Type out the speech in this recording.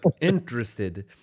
interested